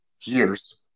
Years